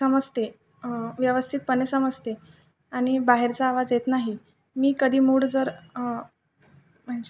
समजते व्यवस्थितपणे समजते आणि बाहेरचा आवाज येत नाही मी कधी मूड जर म्हणजे